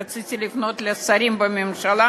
רציתי לפנות לשרים בממשלה,